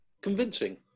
convincing